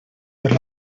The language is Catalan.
per